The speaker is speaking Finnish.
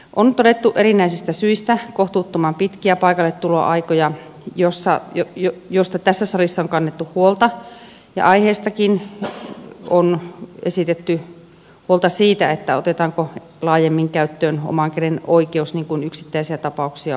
on todettu erinäisistä syistä kohtuuttoman pitkiä paikalletuloaikoja mistä tässä salissa on kannettu huolta ja aiheestakin on esitetty huolta siitä otetaanko laajemmin käyttöön omankädenoikeus niin kuin yksittäisiä tapauksia on ollut